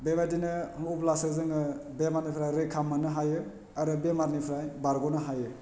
बेबायदिनो अब्लासो जोङो बेमारनिफ्राय रैखा मोन्नो हायो आरो बेमारनिफ्राय बारग'नो हायो